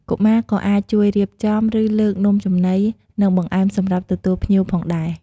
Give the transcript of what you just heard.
កុមារក៏អាចជួយរៀបចំ ឬលើកនំចំណី និងបង្អែមសម្រាប់ទទួលភ្ញៀវផងដែរ។